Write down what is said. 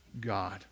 God